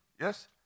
yes